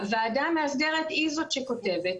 הוועדה המאסדרת היא זו שכותבת.